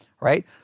right